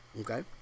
Okay